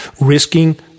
risking